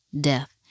death